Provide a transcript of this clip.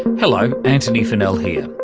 hello, antony funnell here.